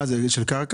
1,000 למטר מרובע.